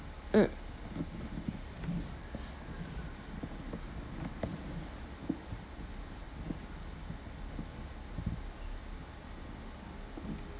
mm